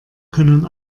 können